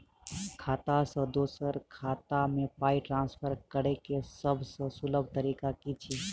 खाता सँ दोसर खाता मे पाई ट्रान्सफर करैक सभसँ सुलभ तरीका की छी?